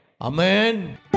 Amen